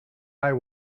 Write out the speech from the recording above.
eye